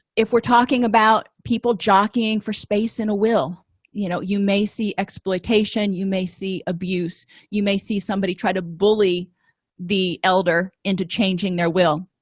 if we're talking about people jockeying for space in a will you know you may see exploitation you may see abuse you may see somebody try to bully the elder into changing their will